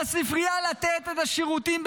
על הספרייה לתת את השירותים,